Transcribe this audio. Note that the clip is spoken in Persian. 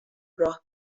راه